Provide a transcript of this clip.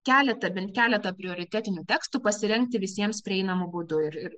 keletą bent keletą prioritetinių tekstų pasirengti visiems prieinamu būdu ir